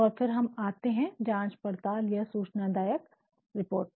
और फिर हम आते हैं जांच पड़ताल या सूचना दायक रिपोर्ट